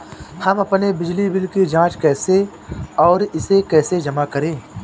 हम अपने बिजली बिल की जाँच कैसे और इसे कैसे जमा करें?